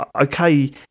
okay